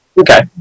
Okay